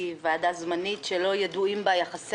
היא ועדה זמנית שלא ידועים בה יחסי